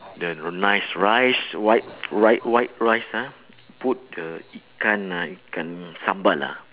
the nice rice white white white rice ah put the ikan ah ikan sambal ah